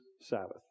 Sabbath